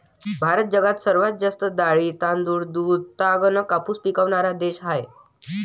भारत जगात सर्वात जास्त डाळी, तांदूळ, दूध, ताग अन कापूस पिकवनारा देश हाय